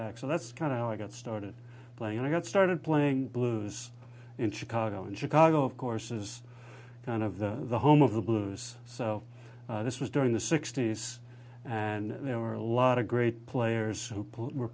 back so that's kind of how i got started playing and i got started playing blues in chicago and chicago of course is kind of the home of the blues so this was during the sixty's and there were a lot of great players w